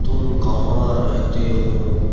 تم کہاں رہتے ہو